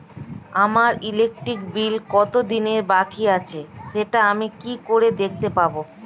আমার electric bill কত দিনের বাকি আছে সেটা আমি কি করে দেখতে পাবো?